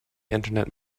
internet